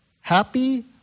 Happy